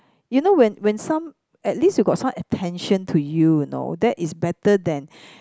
you know when when some at least you got some attention to you you know that is better than